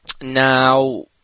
Now